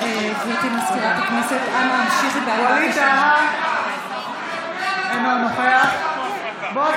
ווליד טאהא, אינו נוכח בועז